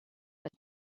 but